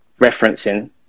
referencing